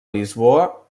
lisboa